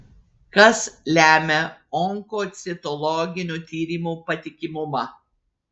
kas lemia onkocitologinių tyrimų patikimumą